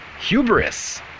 hubris